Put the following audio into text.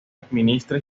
administra